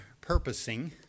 purposing